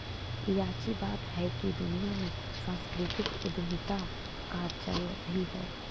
याची बात हैकी दुनिया में सांस्कृतिक उद्यमीता का चल भी है